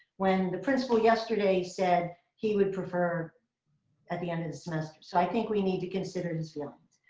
when the principal yesterday said he would prefer at the end of the semester. so i think we need to consider his feelings.